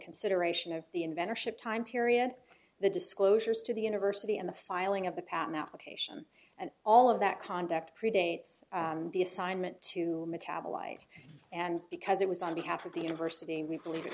consideration of the inventor ship time period the disclosures to the university and the filing of the patent application and all of that conduct predates the assignment to metabolite and because it was on behalf of the university we believe